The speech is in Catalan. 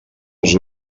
els